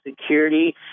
security